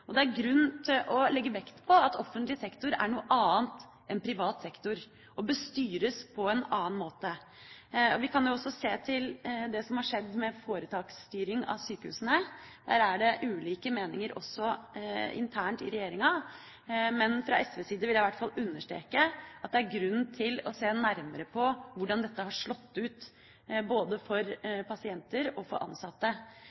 Det er grunn til å legge vekt på at offentlig sektor er noe annet enn privat sektor og bør styres på en annen måte. Vi kan jo også se til det som har skjedd med foretaksstyring av sykehusene. Der er det ulike meninger også internt i regjeringa, men fra SVs side vil jeg i hvert fall understreke at det er grunn til å se nærmere på hvordan dette har slått ut – både for